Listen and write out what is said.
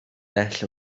bell